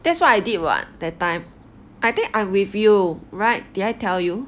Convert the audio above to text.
that's why I did [what] that time I think I'm with you right did I tell you